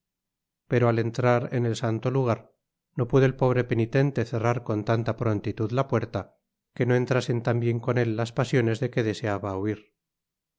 pero al entrar en el santo lugar no pudo el pobre penitente cerrar con tanta prontitud la puerta que no entrasen tambien con él las pasiones de que deseaba huir